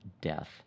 death